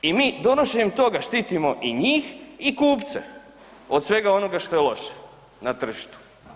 I mi donošenjem toga štitimo i njih i kupce od svega onoga što je loše na tržištu.